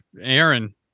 Aaron